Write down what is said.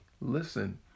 Listen